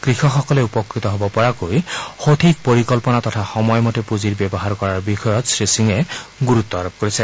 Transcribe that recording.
কৃষকসকলে উপকৃত হ'ব পৰাকৈ সঠিক পৰিকল্পনা তথা সময়মতে পুঁজিৰ ব্যৱহাৰ কৰাৰ বিষয়ত শ্ৰীসিঙে গুৰুত্ আৰোপ কৰিছে